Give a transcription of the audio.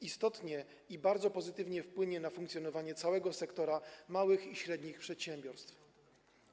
Istotnie i bardzo pozytywnie wpłynie na funkcjonowanie całego sektora małych i średnich przedsiębiorstw.